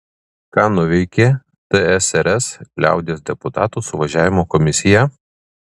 ką nuveikė tsrs liaudies deputatų suvažiavimo komisija